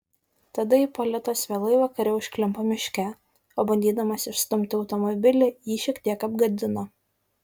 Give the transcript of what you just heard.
tada ipolitas vėlai vakare užklimpo miške o bandydamas išstumi automobilį jį šiek tiek apgadino